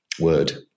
word